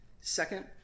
second